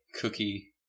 cookie